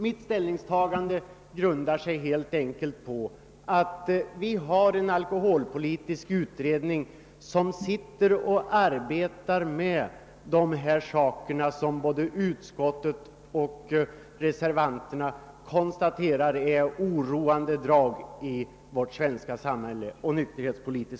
Mitt ställningstagande grundar sig helt enkelt på det förhållandet, att vi har en alkoholpolitisk utredning som arbetar med den nykterhetspolitiska situationen, vilken såsom både utskottet och reservanterna konstaterar ter sig oroande i vårt svenska samhälle.